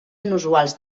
inusuals